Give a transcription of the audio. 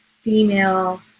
female